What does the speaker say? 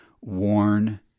worn